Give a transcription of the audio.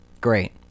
Great